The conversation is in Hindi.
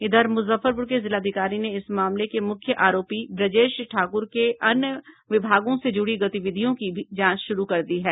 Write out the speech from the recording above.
इधर मुजफ्फरपुर के जिलाधिकारी ने इस मामले के मुख्य आरोपी ब्रजेश ठाकुर के अन्य विभागों से जुड़ी गतिविधियों की जांच भी शुरू कर दी है